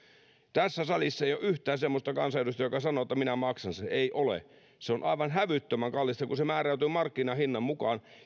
tässä salissa ei ole yhtään semmoista kansanedustajaa joka sanoo että minä maksan sen ei ole se on aivan hävyttömän kallista kun se määräytyy markkinahinnan mukaan